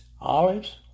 olives